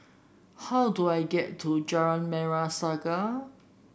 how do I get to Jalan Merah Saga